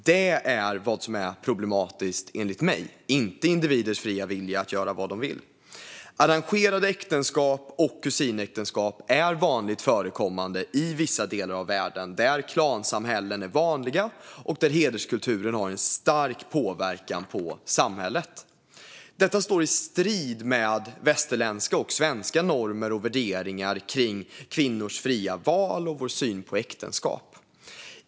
Det är vad som är problematiskt enligt mig, inte individers fria vilja att göra vad de vill. Arrangerade äktenskap och kusinäktenskap är vanligt förekommande i vissa delar av världen där klansamhällen är vanliga och hederskultur har en stark påverkan på samhället. Detta står i strid med västerländska och svenska normer och värderingar kring kvinnors fria val och vår syn på äktenskap.